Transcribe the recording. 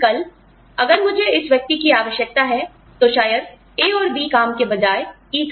लेकिन कल अगर मुझे इस व्यक्ति की आवश्यकता है तो शायद A और B काम के बजाय E काम करें